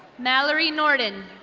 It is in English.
mallory norden.